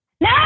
No